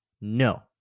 No